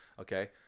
Okay